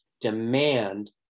demand